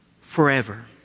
forever